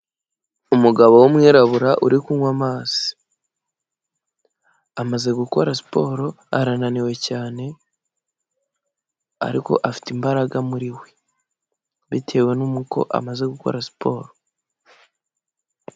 Umugabo w'umwirabura uri kunywa amazi, amaze gukora siporo arananiwe cyane ariko afite imbaraga muri we bitewe n'uko amaze gukora siporo.